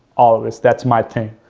always, that's my thing.